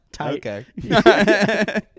okay